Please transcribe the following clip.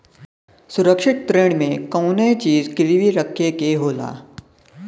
सुरक्षित ऋण में कउनो चीज गिरवी रखे के होला